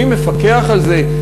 מי מפקח על זה?